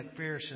McPherson